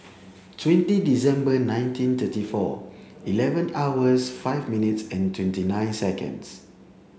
twenty December nineteen thirty four eleven hours five minutes and twenty nine seconds